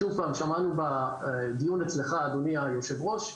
שוב פעם, שמענו בדיון אצל, אדוני יושב הראש,